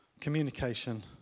communication